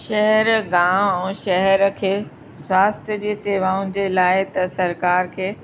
शहर गांव ऐं शहर खे स्वास्थ्य जी सेवाउनि जे लाइ त सरकारि खे